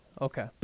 Okay